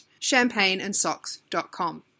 champagneandsocks.com